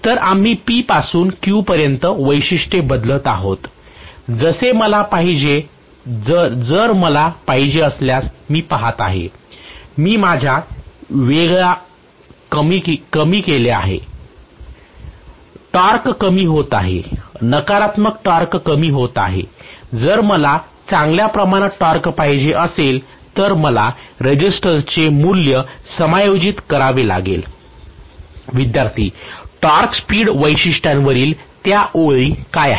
तर आम्ही P पासून Q पर्यंत वैशिष्ट्ये बदलत आहोत जसे मला पाहिजे जर मला पाहिजे असल्यास मी पाहत आहे मी माझ्या वेगळा कमी केले आहे टॉर्क कमी होत आहे नकारात्मक टॉर्क कमी होत आहे जर मला चांगल्या प्रमाणात टॉर्क पाहिजे असेल तर मला रेसिस्टन्सचे मूल्य समायोजित करावे लागेल विद्यार्थीः टॉर्क स्पीड वैशिष्ट्यांवरील त्या ओळी काय आहेत